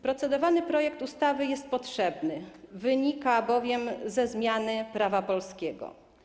Procedowany projekt ustawy jest potrzebny, wynika bowiem ze zmiany prawa polskiego.